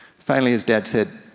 finally his dad said,